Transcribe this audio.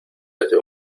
desde